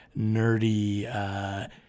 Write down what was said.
nerdy